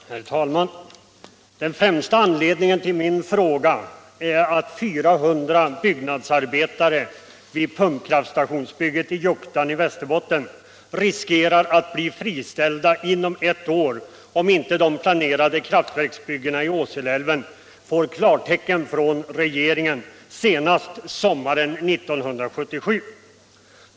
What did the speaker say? Herr talman! Den främsta anledningen till min fråga är att 400 byggnadsarbetare vid pumpkraftverksbygget i Juktan i Västerbotten riskerar att bli friställda inom ett år om inte de planerade kraftverksbyggena i Åseleälven får klartecken från regeringen senast sommaren 1977.